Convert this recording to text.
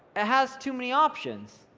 it has too many options.